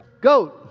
goat